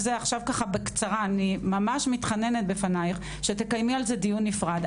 אני ממש מתחננת בפנייך שתקיימי על זה דיון נפרד.